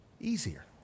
easier